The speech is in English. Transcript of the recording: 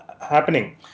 happening